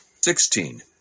Sixteen